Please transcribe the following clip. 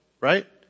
Right